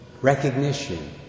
Recognition